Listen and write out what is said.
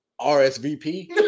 RSVP